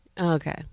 Okay